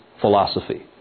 philosophy